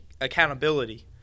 accountability